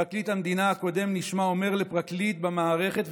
פרקליט המדינה הקודם נשמע אומר לפרקליט אחר במערכת,